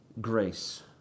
grace